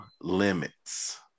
limits